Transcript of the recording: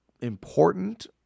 important